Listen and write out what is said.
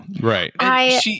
Right